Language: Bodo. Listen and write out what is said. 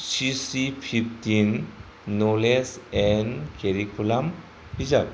CC fifteen knowledge and curriculum बिजाब